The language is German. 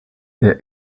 der